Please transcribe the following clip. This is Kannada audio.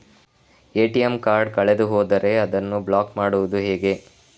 ಎ.ಟಿ.ಎಂ ಕಾರ್ಡ್ ಕಳೆದು ಹೋದರೆ ಅದನ್ನು ಬ್ಲಾಕ್ ಮಾಡುವುದು ಹೇಗೆ?